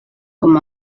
com